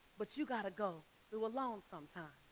but you got to go through alone sometimes.